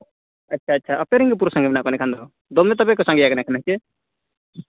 ᱟᱪᱪᱷᱟ ᱟᱪᱪᱷᱟ ᱟᱯᱮ ᱨᱮᱱ ᱜᱮ ᱯᱩᱨᱟᱹ ᱥᱟᱸᱜᱮ ᱢᱮᱱᱟᱜ ᱠᱚᱣᱟ ᱮᱰᱮᱠᱷᱟᱱ ᱫᱚ ᱫᱚᱢᱮ ᱜᱮ ᱛᱟᱯᱮ ᱠᱚ ᱥᱟᱸᱜᱮᱭᱟᱠᱟᱱᱟ ᱦᱮᱸᱥᱮ